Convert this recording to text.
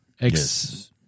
Yes